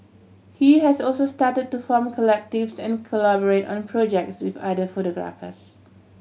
he has also started to form collectives and collaborate on projects with other photographers